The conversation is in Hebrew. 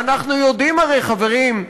ואנחנו יודעים הרי, חברים,